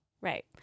Right